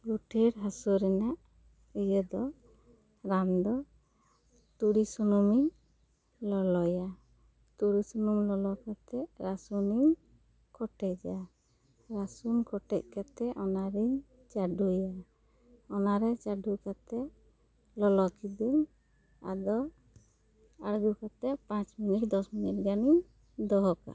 ᱜᱩᱴᱷᱤᱨ ᱦᱟᱹᱥᱩ ᱨᱮᱱᱟᱜ ᱤᱭᱟᱹ ᱫᱚ ᱨᱟᱱ ᱫᱚ ᱛᱩᱲᱤ ᱥᱩᱱᱩᱢ ᱤᱧ ᱞᱚᱞᱚᱭᱟ ᱛᱩᱲᱤ ᱥᱩᱱᱩᱢ ᱞᱚᱞᱚ ᱠᱟᱛᱮ ᱨᱟᱹᱥᱩᱱ ᱤᱧ ᱠᱚᱴᱮᱡᱟ ᱨᱟᱹᱥᱩᱱ ᱠᱚᱴᱮᱡ ᱠᱟᱛᱮ ᱚᱱᱟ ᱨᱮᱧ ᱪᱟᱹᱰᱩᱭᱟ ᱚᱱᱟ ᱨᱮ ᱪᱟᱹᱰᱩ ᱠᱟᱛᱮ ᱞᱚᱞᱚ ᱠᱤᱫᱟᱹᱧ ᱟᱫᱚ ᱟᱹᱲᱜᱩ ᱠᱟᱛᱮ ᱯᱟᱸᱪ ᱢᱤᱱᱤᱴ ᱫᱚᱥ ᱢᱤᱱᱤᱴ ᱜᱟᱱᱤᱧ ᱫᱚᱦᱚ ᱠᱟᱜᱼᱟ